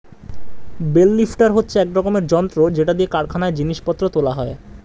bell lifter হচ্ছে এক রকমের যন্ত্র যেটা দিয়ে কারখানায় জিনিস পত্র তোলা হয়